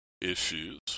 issues